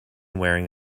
wearing